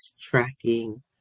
tracking